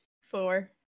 Four